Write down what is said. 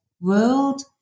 world